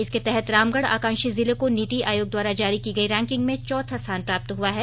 इसके तहत रामगढ़ आकांक्षी जिले को नीति आयोग द्वारा जारी की गई रैंकिंग में चौथा स्थान प्राप्त हुआ है